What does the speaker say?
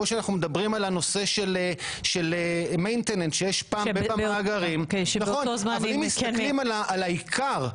או שאנחנו מדברים על הנושא של maintenance אבל אם מסתכלים על העיקר,